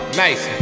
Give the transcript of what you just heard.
nice